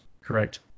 correct